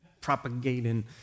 propagating